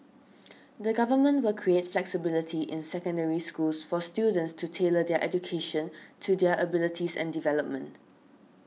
the government will create flexibility in Secondary Schools for students to tailor their education to their abilities and development